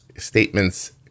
Statements